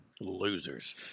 Losers